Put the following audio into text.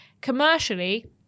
Commercially